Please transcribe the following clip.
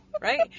Right